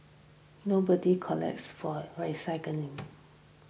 nobody collects for recycling